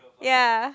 ya